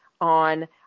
on